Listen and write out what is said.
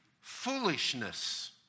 foolishness